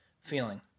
feeling